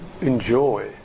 enjoy